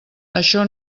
això